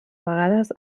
vegades